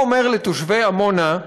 הוא אומר לתושבי עמונה,